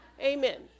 Amen